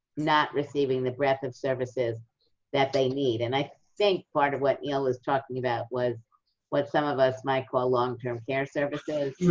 not receiving the breadth of services that they need. and i think part of what neil was talking about was what some of us might call long-term care services,